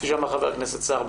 כפי שאמר חבר הכנסת סער,